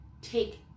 take